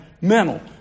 mental